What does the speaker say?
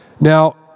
Now